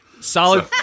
Solid